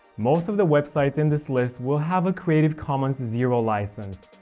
most of the websites in this list will have a creative commons zero license,